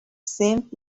seemed